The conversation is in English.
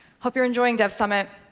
hope you're enjoying dev summit.